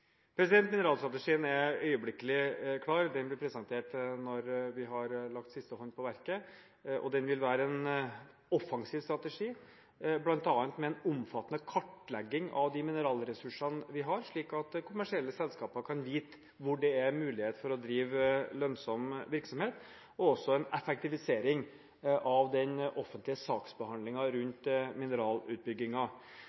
Mineralstrategien er øyeblikkelig klar. Den blir presentert når vi har lagt siste hånd på verket. Det vil være en offensiv strategi, bl.a. med en omfattende kartlegging av de mineralressursene vi har, slik at kommersielle selskaper kan vite hvor det er mulighet for å drive lønnsom virksomhet, også med effektivisering av den offentlige